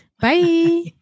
bye